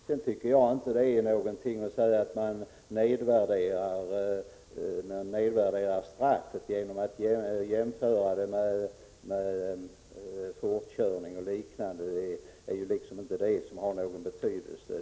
Jag tycker inte det är någon mening med att säga att man nedvärderar straffet genom att jämföra det med fortkörning och liknande. Det är liksom inte det som har någon betydelse.